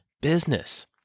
business